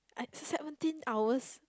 I it's a seventeen hours